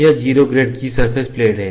यह 0 ग्रेड की surface plate है